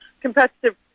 competitive